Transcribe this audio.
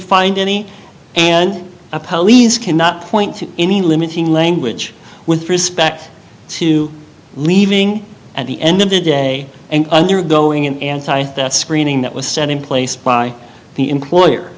find any and the pallies cannot point to any limiting language with respect to leaving at the end of the day and undergoing an anti theft screening that was set in place by the employer